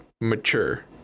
mature